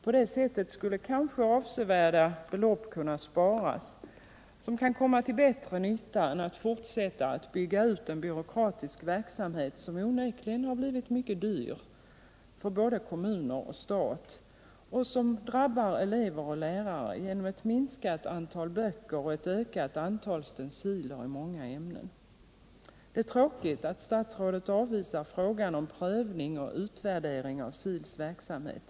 På det sättet skulle kanske avsevärda belopp kunna sparas, som kan komma till bättre nytta än att fortsätta att bygga ut en byråkratisk verksamhet, som onekligen har blivit mycket dyr för både kommuner och stat och som drabbar elever och lärare genom ett minskat antal böcker och ett ökat antal stenciler i många ämnen. Det är tråkigt att statsrådet avvisar frågan om en prövning och utvärdering av SIL:s verksamhet.